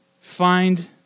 find